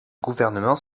gouvernement